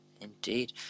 Indeed